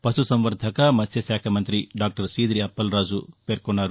పశుసంవర్దక మత్స్య శాఖ మంగ్రి డాక్టర్ సీదిరి అప్పలరాజు అన్నారు